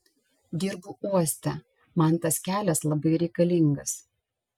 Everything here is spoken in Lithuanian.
dirbu uoste man tas kelias labai reikalingas